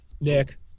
Nick